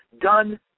done